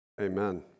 amen